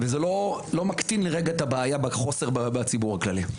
וזה לא מקטין לרגע את הבעיה של החוסר בציבור הכללי.